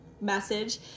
message